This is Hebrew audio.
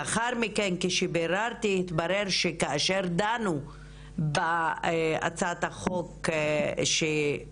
לאחר מכן כשביררתי התברר לי שכאשר דנו בהצעת החוק שביטלה